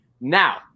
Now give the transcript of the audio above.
Now